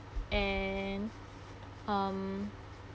and um